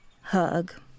Hug